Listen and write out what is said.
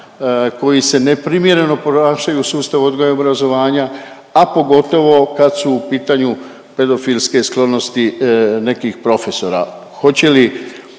koji se neprimjereno ponašaju u sustavu odgoja i obrazovanja, a pogotovo kad su u pitanju pedofilske sklonosti nekih profesora.